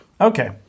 Okay